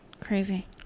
Crazy